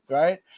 right